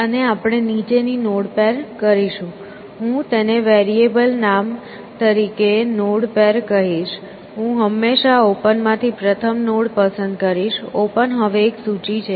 અને આપણે નીચેની નોડ પેર કરીશું હું તેને વેરિયેબલ નામ તરીકે નોડ પેર કહીશ હું હંમેશાં ઓપન માંથી પ્રથમ નોડ પસંદ કરીશ ઓપન હવે એક સૂચિ છે